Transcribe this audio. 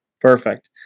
Perfect